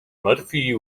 murphy